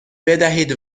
بدهید